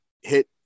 hit